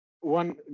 one